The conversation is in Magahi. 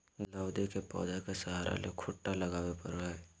गुलदाऊदी के पौधा के सहारा ले खूंटा लगावे परई हई